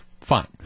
Fine